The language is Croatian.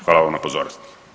Hvala vam na pozornosti.